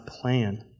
plan